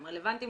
הם רלוונטיים